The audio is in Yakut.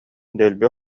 дэлби